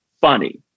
funny